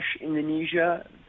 Indonesia